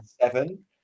seven